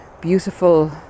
beautiful